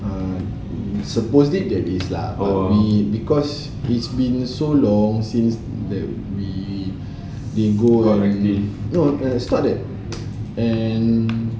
ah supposedly there is lah but because it's been so long since that we we go no it's not that and